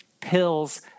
pills